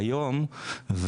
להיום,